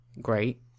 great